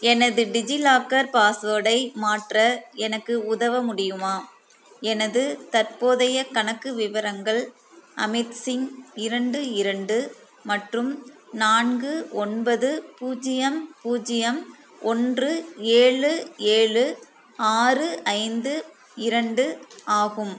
எனது டிஜிலாக்கர் பாஸ்வேர்டை மாற்ற எனக்கு உதவமுடியுமா எனது தற்போதைய கணக்கு விவரங்கள் அமிர்த் சிங் இரண்டு இரண்டு மற்றும் நான்கு ஒன்பது பூஜ்ஜியம் பூஜ்ஜியம் ஒன்று ஏழு ஏழு ஆறு ஐந்து இரண்டு ஆகும்